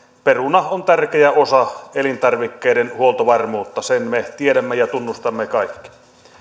peruna on tärkeä osa elintarvikkeiden huoltovarmuutta sen me tiedämme ja tunnustamme kaikki